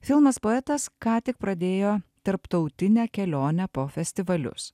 filmas poetas ką tik pradėjo tarptautinę kelionę po festivalius